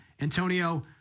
Antonio